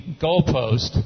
goalpost